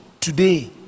today